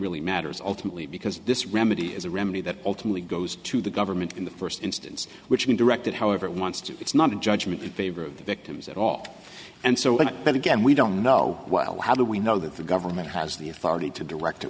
really matters ultimately because this remedy is a remedy that ultimately goes to the government in the first instance which mean directed however it wants to it's not a judgment in favor of the victims at all and so but again we don't know well how do we know that the government has the authority to direct it